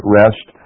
rest